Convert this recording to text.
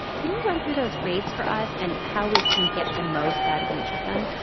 can you run through those grades for us and how we can get the most out of each of them?